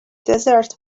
desert